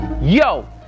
Yo